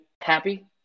happy